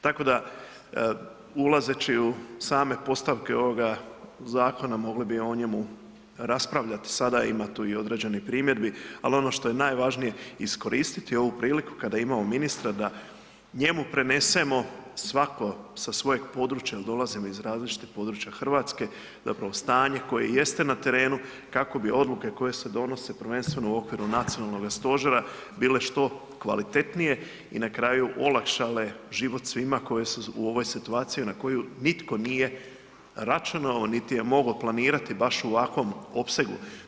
Tako da ulazeći u same postavke ovoga zakona, mogli o njemu raspravljati sada, ima tu i određenih primjedbi, ali ono što je najvažnije iskoristiti ovu priliku kada imamo ministra da njemu prenesemo svako sa svojeg područja jel dolazimo iz različitih područja Hrvatske zapravo stanje koje jeste na terenu, kako bi odluke koje se donose prvenstveno u okviru nacionalnoga stožera bile što kvalitetnije i na kraju olakšale život svima koji su u ovoj situaciji na koju nitko nije računao niti je mogao planirati baš u ovakvom opsegu.